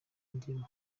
njye